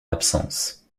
l’absence